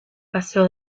paseo